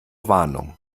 warnung